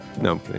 No